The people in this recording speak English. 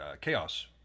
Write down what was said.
Chaos